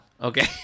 okay